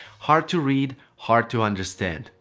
hard to read, hard to understand.